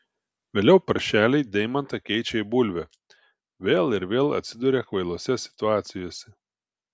vėliau paršeliai deimantą keičia į bulvę vėl ir vėl atsiduria kvailose situacijose